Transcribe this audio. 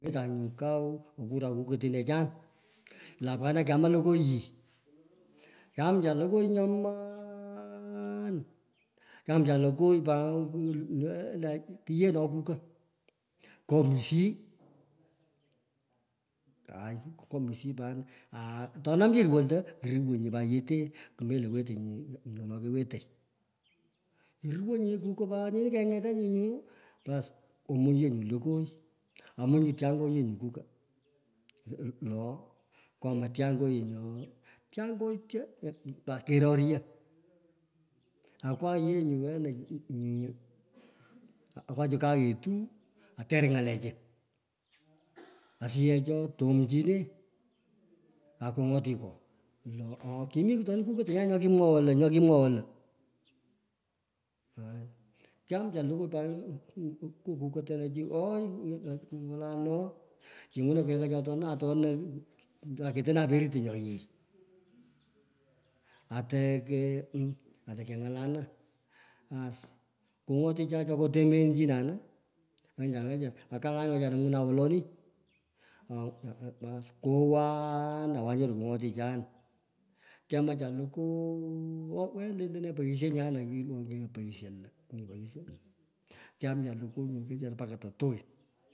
Wetenyo kuu, okuran kukatinechan, lo, apkana kyama lokoy yii. Kyamcha lokoy nyomuoen kyamcha lokoy pat lo ye oo kukaa, keomisiyi, aai, kukwomisiyi par aa, ato nam chi ruwonto, kurowoi nye pat yetee. Kumelo wetenyi wolo kewetei. Iruwonyi nye kuko pat, nyini kengetanyi nyu, bass, kwomunyi nyu lukoy amunyi yee tyangoi nyu kuko lo, kyomoi tyungoi lo tyangoi tyo pat keroryo. Akwa yee nyu wena akwaa chi kayetu ater ngalechu. Asiyech oo, tomchine aa konyotikwo lo oo kimitoni kukatonyah, nyo kimwoghoi lo nyo kuka, tolo chi ooi kolan oo, chenyuno kwenyacho atonanaa atena aketono aperitinyo yii. Atokee ateke ng’alana aas. Kunyoticha choko tembeanchinani, lencha, wechara akang’anin wechara ang’unan woloni oo bass, kowaan, awan nyoro kongotichan. Kyamacha lokoy lentene, poighsho nyana kulo poighsho kyamcha lokoy ke echara mpaka to towit.